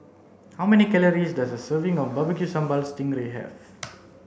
how many calories does a serving of barbecue sambal sting ray have